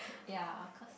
ya cause